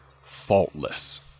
faultless